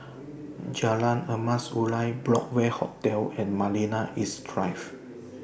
Jalan Emas Urai Broadway Hotel and Marina East Drive